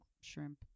shrimp